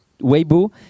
Weibo